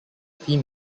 team